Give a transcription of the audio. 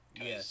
Yes